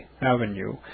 Avenue